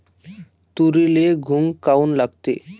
तुरीले घुंग काऊन लागते?